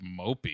mopey